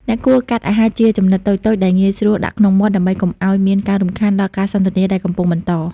អ្នកគួរកាត់អាហារជាចំណិតតូចៗដែលងាយស្រួលដាក់ចូលមាត់ ដើម្បីកុំឱ្យមានការរំខានដល់ការសន្ទនាដែលកំពុងបន្ត។